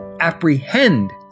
apprehend